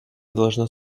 должно